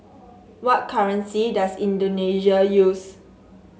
what currency does Indonesia use